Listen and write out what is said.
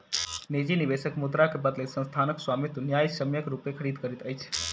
निजी निवेशक मुद्रा के बदले संस्थानक स्वामित्व न्यायसम्यक रूपेँ खरीद करैत अछि